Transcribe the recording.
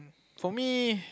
for me